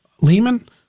Lehman